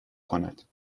کند